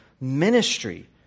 ministry